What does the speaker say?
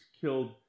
killed